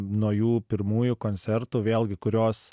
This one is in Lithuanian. nuo jų pirmųjų koncertų vėlgi kurios